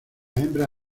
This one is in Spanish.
hembra